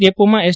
ડેપોમાં S